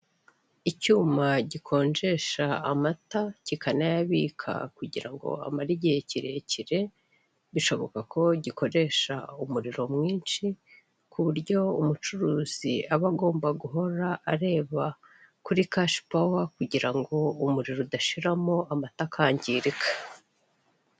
Icyuma gikonjesha amata kinayabika kugira ngo amare igihe kirekire, bishoka ko gikoresha umuriro mwinshi, ku buryo umucuruzi aba agomba guhora areba kuri kashi pawa, kugira ngo umuriro udashiramo amata akangirika.